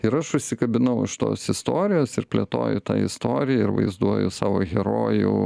ir aš užsikabinau už tos istorijos ir plėtoju tą istoriją ir vaizduoju savo herojų